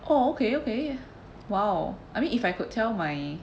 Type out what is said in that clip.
oh okay okay !wow! I mean if I could tell my